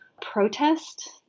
protest